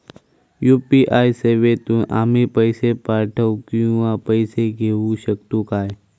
UPI सेवेतून आम्ही पैसे पाठव किंवा पैसे घेऊ शकतू काय?